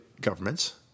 Governments